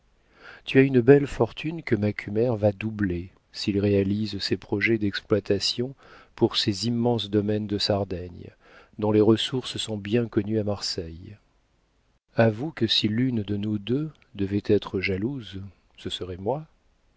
tu as une belle fortune que macumer va doubler s'il réalise ses projets d'exploitation pour ses immenses domaines de sardaigne dont les ressources sont bien connues à marseille avoue que si l'une de nous deux devait être jalouse ce serait moi